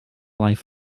life